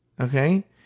Okay